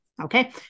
Okay